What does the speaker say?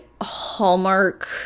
Hallmark